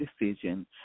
decision